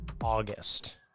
August